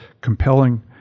compelling